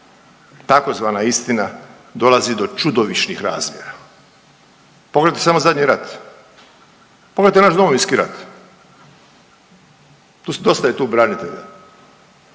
tzv. istina dolazi do čudovišnih razmjera. Pogledajte samo zadnji rat, pogledajte naš Domovinski rat. Dosta je tu branitelja.